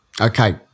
okay